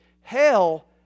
Hell